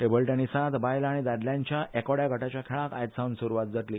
टेबलटेनिसात बायला आनी दादल्यांच्या एकोड्या गटाच्या खेळाक आयज सावन सुरवात जातली